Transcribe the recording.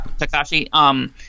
Takashi